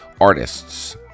artists